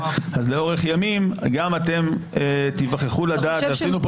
לאורך ימים גם אתם תיווכחו לדעת שעשינו פה